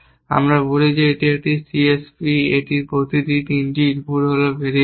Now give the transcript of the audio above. আমরা বলি যে এটি একটি C S P এর প্রতিটি 3টি ইনপুট হল ভেরিয়েবল